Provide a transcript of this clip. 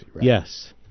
yes